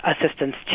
assistance